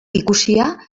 ikusia